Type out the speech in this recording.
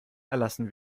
erlassen